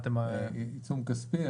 עיצום כספי.